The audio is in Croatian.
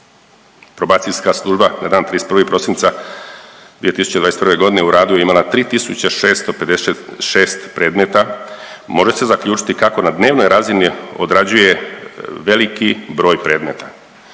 Probacijska služba na dan 31. prosinca 2021. godine u radu je imala 3656 predmeta. Može se zaključiti kako na dnevnoj razini odrađuje veliki broj predmeta.